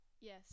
yes